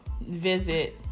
visit